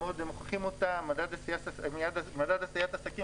מרגע שעשינו מדד עשיית עסקים,